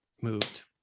moved